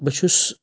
بہٕ چھُس